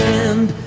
end